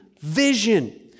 vision